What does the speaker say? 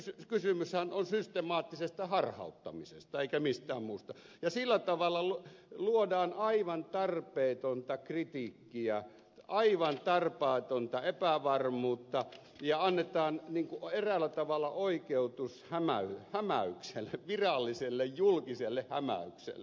eli kysymyshän on systemaattisesta harhauttamisesta eikä mistään muusta ja sillä tavalla luodaan aivan tarpeetonta kritiikkiä aivan tarpeetonta epävarmuutta ja annetaan eräällä tavalla oikeutus hämäykselle viralliselle julkiselle hämäykselle